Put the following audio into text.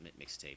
mixtape